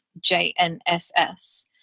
JNSS